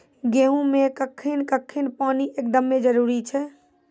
गेहूँ मे कखेन कखेन पानी एकदमें जरुरी छैय?